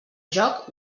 joc